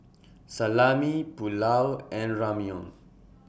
Salami Pulao and Ramyeon